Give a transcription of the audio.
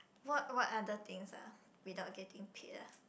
what what other things ah without getting paid ah